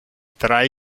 drei